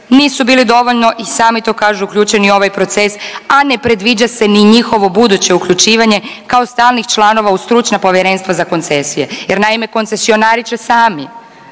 nisu bili dovoljno i sami to kažu uključeni u ovaj proces, a ne predviđa se ni njihovo buduće uključivanje kao stalnih članova u stručna povjerenstva za koncesije jer naime koncesionari će sami